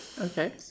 Okay